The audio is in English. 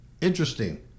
Interesting